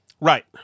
Right